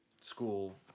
school